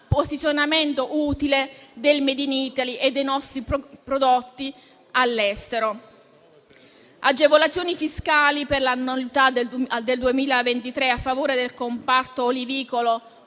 posizionamento utile del *made in Italy* e dei nostri prodotti all'estero. Cito poi le agevolazioni fiscali per la annualità del 2023 a favore del comparto olivicolo